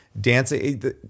dancing